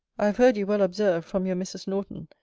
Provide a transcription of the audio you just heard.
i have heard you well observe, from your mrs. norton,